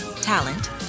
talent